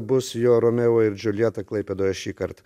bus jo romeo ir džiuljeta klaipėdoje šįkart